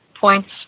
points